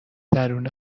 درون